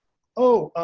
oh,